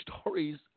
stories